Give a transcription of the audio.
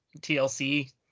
TLC